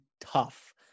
tough